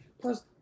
Plus